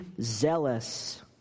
zealous